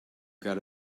got